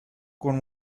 con